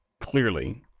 clearly